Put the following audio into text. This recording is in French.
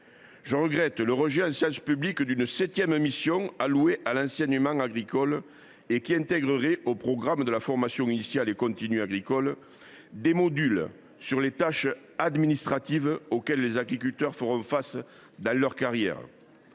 Je regrette le rejet en séance publique de l’attribution d’une septième mission à l’enseignement agricole. Il était envisagé d’intégrer au programme de la formation initiale et continue agricole des modules sur les tâches administratives auxquelles les agriculteurs feront face dans leur carrière.